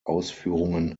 ausführungen